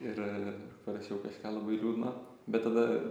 ir parašiau kažką labai liūdno bet tada